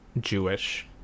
Jewish